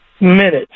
minutes